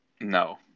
No